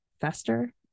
fester